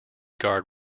guard